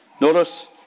Notice